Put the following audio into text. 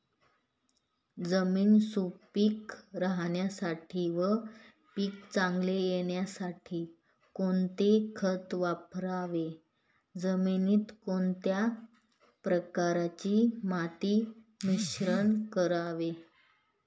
जमीन सुपिक राहण्यासाठी व पीक चांगले येण्यासाठी कोणते खत वापरावे? जमिनीत कोणत्या प्रकारचे माती मिश्रण करावे?